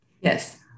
Yes